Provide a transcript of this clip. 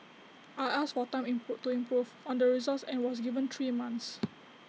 I asked for time improve to improve on the results and was given three months